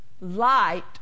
light